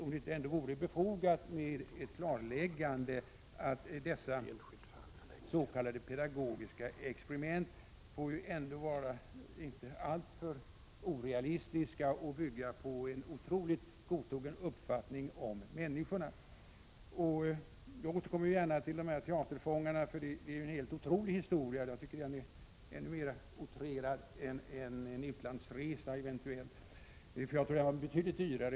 Vore det inte befogat med ett klarläggande att dessa s.k. pedagogiska experiment inte får vara alltför orealistiska och inte får bygga på en alltför godtrogen uppfattning om människorna? Jag återkommer gärna till teaterfångarna, eftersom jag tycker att det är en otrolig historia, ännu mer outrerad än en eventuell utlandsresa. Deras resa var betydligt dyrare.